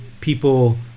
people